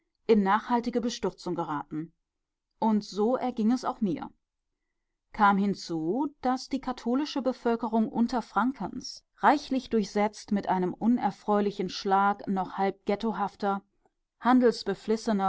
in nachhaltige bestürzung geraten und so erging es auch mir kam hinzu daß die katholische bevölkerung unterfrankens reichlich durchsetzt mit einem unerfreulichen schlag noch halb